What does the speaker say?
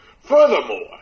Furthermore